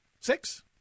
six